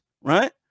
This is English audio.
right